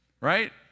right